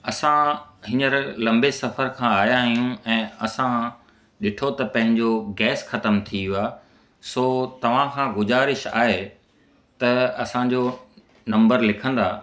असां हीअंर लंबे सफ़र खां आया आहियूं ऐं असां ॾिठो त पंहिंजो गैस खतमु थी वियो आहे सो तव्हांखां गुजारिश आहे त असांजो नंबर लिखंदा